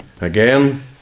Again